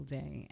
day